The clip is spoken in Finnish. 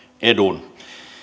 edun